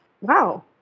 wow